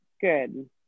good